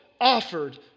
offered